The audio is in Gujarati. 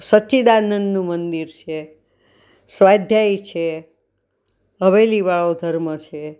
સચ્ચિદાનંદનુ મંદિર છે સ્વાધ્યાય છે હવેલીવાળો ધર્મ છે